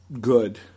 good